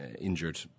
Injured